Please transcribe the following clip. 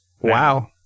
Wow